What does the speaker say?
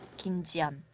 kim ji-yeon,